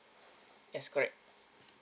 yes correct